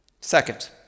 Second